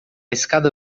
escada